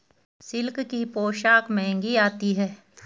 silk की पोशाक महंगी आती है